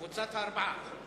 קבוצת הארבעה.